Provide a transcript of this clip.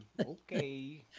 Okay